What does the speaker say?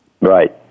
Right